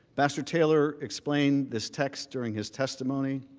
ambassador taylor explained this text during his testimony.